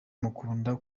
mukunda